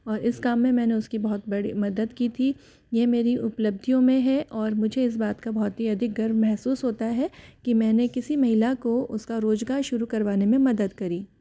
और इस काम में मैंने उसकी बहुत बड़ी मदद की थी यह मेरी उपलब्धियों में है और मुझे इस बात का बहोत ही अधिक गर्म महसूस होता है कि मैंने किसी महिला को उसका रोज़गार शुरू करवाने में मदद करी